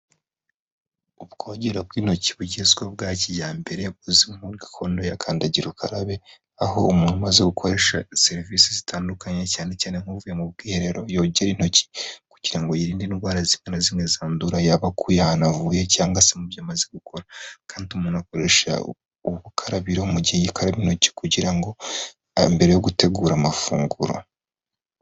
Ubwogerore bw'intoki bugezweho bwa kijyambere buzwi nka gakondo ya kandagira ukarabe, aho umuntu umaze gukoresha serivisi zitandukanye cyane cyane nk'uvuye mu bwiherero yogera intoki kugira ngo yirinde indwara zizimwe zdura yabakuhanavuye cyangwa se mu byo amaze gukora kandi umuntu akoresha ubukarabiro mu gihe gikora intoki kugira ngo mbere yo gutegura amafunguro.